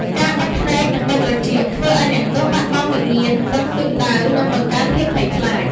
ការបិទភ្នែកនិងបិទត្រចៀកធ្វើឱ្យអ្នកទោសបាត់បង់វិញ្ញាណដឹងទិសដៅនិងបង្កើនភាពភ័យខ្លាច។